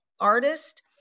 artist